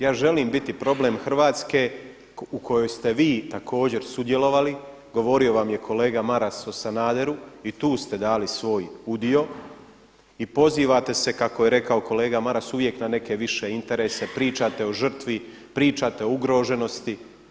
Ja želim biti problem Hrvatske u kojoj ste vi također sudjelovali, govorio vam je kolega Maras o Sanaderu i tu ste dali svoj udio i pozivate se kako je rekao kolega Maras uvijek na neke više interese, pričate o žrtvi, pričate o ugroženosti.